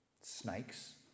Snakes